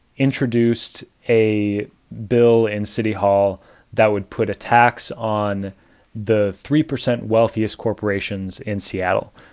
introduced a bill in city hall that would put a tax on the three percent wealthiest corporations in seattle,